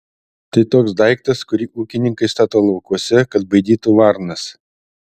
tai toks daiktas kurį ūkininkai stato laukuose kad baidytų varnas